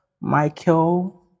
Michael